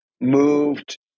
moved